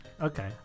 okay